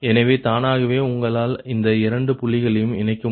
எனவே தானாகவே உங்களால் இந்த இரண்டு புள்ளிகளையும் இணைக்க முடியும்